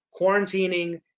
quarantining